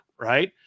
right